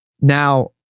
Now